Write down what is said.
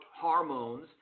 hormones